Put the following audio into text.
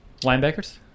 Linebackers